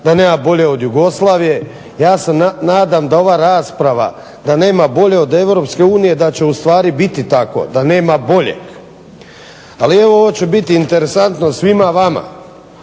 da nema bolje od Jugoslavije. Ja se nadam da ova rasprava, da nema bolje od EU da će ustvari biti tako da nema boljeg. Ali evo ovo će biti interesantno svima vama.